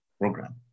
program